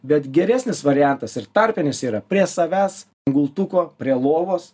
bet geresnis variantas ir tarpinis yra prie savęs gultuko prie lovos